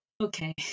Okay